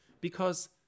Because-